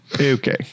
Okay